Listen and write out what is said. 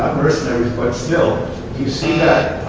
mercenaries, but still, do you see